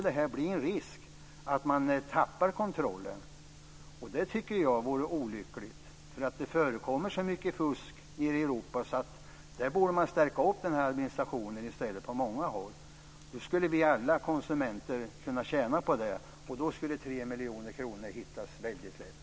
Det blir en risk för att man tappar kontrollen, och jag tycker att det vore olyckligt. Det förekommer så mycket fusk nere i Europa att administrationen i stället borde förstärkas på många håll. Det skulle alla vi konsumenter kunna tjäna på, och då skulle 3 miljoner kronor kunna hittas väldigt lätt.